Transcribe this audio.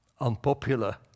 unpopular